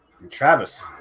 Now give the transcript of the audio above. Travis